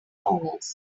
honors